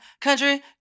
country